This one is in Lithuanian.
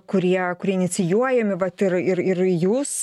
kurie kurie inicijuojami vat ir ir ir jūs